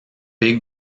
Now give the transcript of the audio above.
big